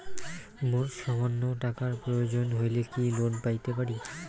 মোর সামান্য টাকার প্রয়োজন হইলে কি লোন পাইতে পারি?